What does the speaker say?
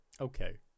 Okay